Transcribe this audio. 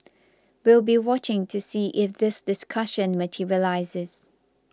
we'll be watching to see if this discussion materialises